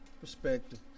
perspective